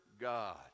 God